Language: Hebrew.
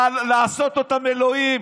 לעשות אותם אלוהים,